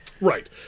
Right